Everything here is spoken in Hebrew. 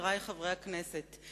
חברי חברי הכנסת,